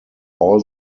all